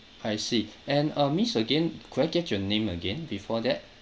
I see and uh miss again could I get your name again before that